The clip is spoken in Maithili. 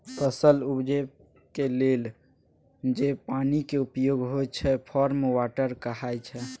फसल उपजेबाक लेल जे पानिक प्रयोग होइ छै फार्म वाटर कहाइ छै